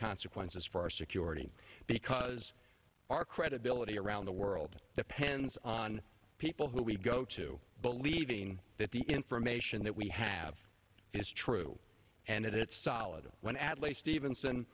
consequences for our security because our credibility around the world depends on people who we go to believing that the information that we have is true and that it's solid when adelaide stephens